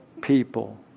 people